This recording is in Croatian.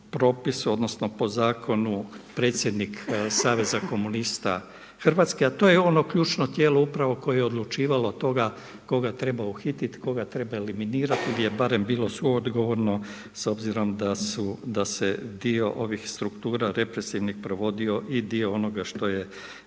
odnosno zakonu predsjednik Saveza komunista Hrvatske, a to je ono ključno tijelo koje je upravo odlučivalo o tome koga treba uhititi, koga treba eliminirati gdje je barem bilo suodgovorno s obzirom da se dio ovih struktura represivnih provodio i dio onoga što je